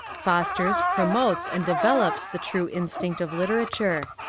fosters, promotes, and develops the true in stinct of literature.